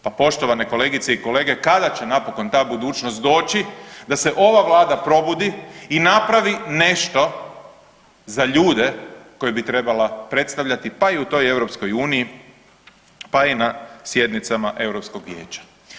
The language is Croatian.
Pa poštovane kolegice i kolege kada će napokon ta budućnost doći, da se ova Vlada probudi i napravi nešto za ljude koje bi trebala predstavljati pa i u toj EU, pa i na sjednicama Europskog vijeća.